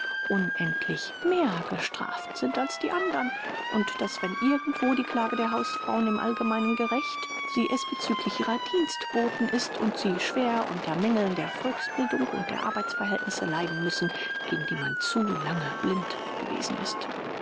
unendlich mehr gestraft sind als die andern und daß wenn irgendwo die klage der hausfrauen im allgemeinen gerecht sie es bezüglich ihrer dienstboten ist und sie schwer unter mängeln der volksbildung und der arbeitsverhältnisse leiden müssen gegen die man zu lange blind gewesen ist